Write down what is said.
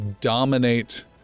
dominate